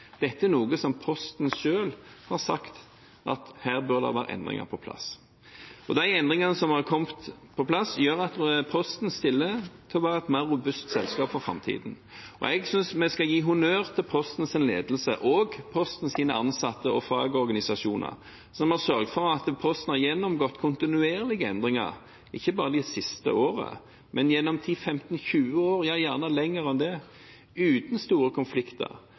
Posten selv sagt at endringer bør være på plass. De endringene som har kommet på plass, gjør at Posten stiller som et mer robust selskap for framtiden. Jeg synes vi skal gi honnør til Postens ledelse og Postens ansatte og fagorganisasjoner, som har sørget for at Posten har gjennomgått kontinuerlige endringer, ikke bare det siste året, men gjennom 15–20 år, ja, gjerne lenger enn det, uten store konflikter.